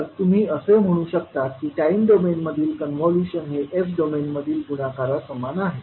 तर तुम्ही असे म्हणू शकता की टाइम डोमेन मधील कॉन्व्होल्यूशन हे s डोमेन मधील गुणाकारा समान आहे